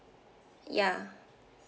ya